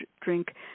drink